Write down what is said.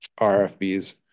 rfbs